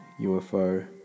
UFO